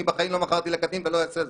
אני בחיים לא מכרתי לקטין ולא אעשה זאת.